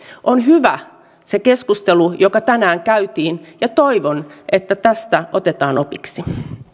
se keskustelu joka tänään käytiin on hyvä ja toivon että tästä otetaan opiksi